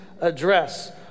address